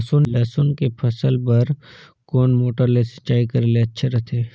लसुन के फसल बार कोन मोटर ले सिंचाई करे ले अच्छा रथे?